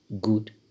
good